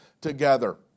together